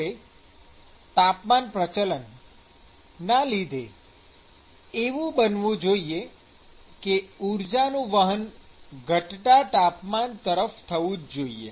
હવે તાપમાન પ્રચલન ના લીધે એવું બનવું જોઈએ કે ઊર્જાનું વહન ઘટતા તાપમાન તરફ થવું જ જોઈએ